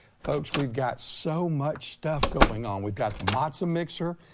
folks, we've got so much stuff going on. we've got the matson mixer.